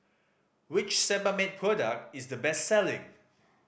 which Sebamed product is the best selling